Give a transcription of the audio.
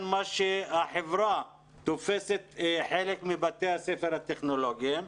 מה שהחברה תופסת חלק מבתי הספר הטכנולוגיים.